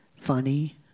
funny